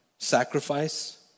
Sacrifice